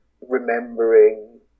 remembering